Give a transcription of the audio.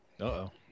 Uh-oh